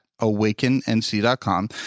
awakennc.com